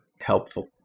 Helpful